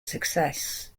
success